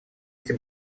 эти